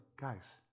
guys